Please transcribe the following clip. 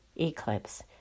eclipse